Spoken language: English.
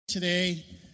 Today